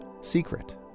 secret